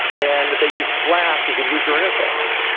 and they use flash as a user interface,